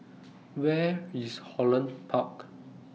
Where IS Holland Park